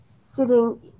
sitting